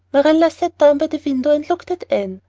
marilla sat down by the window and looked at anne.